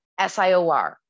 SIOR